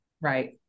Right